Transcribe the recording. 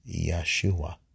Yeshua